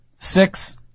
Six